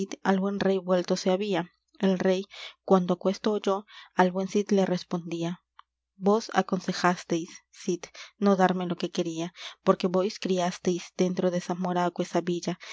al buen rey vuelto se había el rey cuando aquesto oyó al buen cid le respondía vos aconsejasteis cid no darme lo que quería porque vos criásteis dentro de zamora aquesa villa